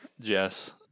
Jess